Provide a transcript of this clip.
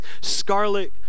Scarlet